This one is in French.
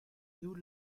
nous